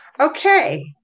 Okay